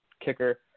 kicker